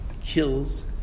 kills